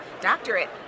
doctorate